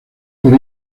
por